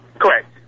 Correct